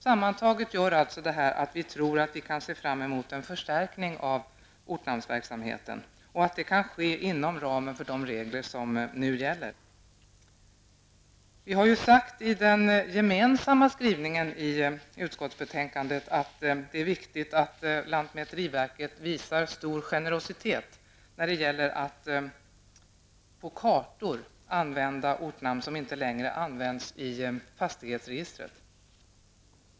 Sammantaget gör detta att vi tror att vi kan se fram emot en förstärkning av ortnamnsverksamheten och att det kan ske inom ramen för de regler som nu gäller. Vi har i den gemensamma skrivningen i utskottsbetänkandet sagt att det är viktigt att lantmäteriverket visar stor generositet när det gäller att på kartor använda ortnamn som inte längre används i fastighetsregistret.